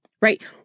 Right